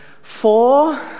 four